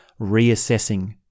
reassessing